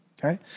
okay